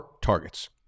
targets